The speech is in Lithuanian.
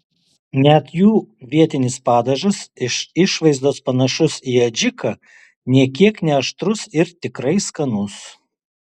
net jų vietinis padažas iš išvaizdos panašus į adžiką nė kiek neaštrus ir tikrai skanus